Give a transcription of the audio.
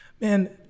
Man